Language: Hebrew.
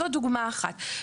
זו דוגמא אחת.